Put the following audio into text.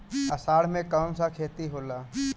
अषाढ़ मे कौन सा खेती होला?